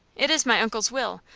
it is my uncle's will.